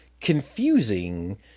confusing